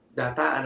data